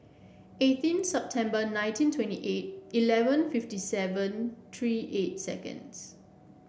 eighteen September nineteen twenty eight eleven fifty seven three eight seconds